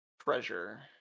treasure